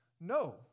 no